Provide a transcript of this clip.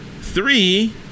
Three